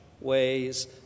ways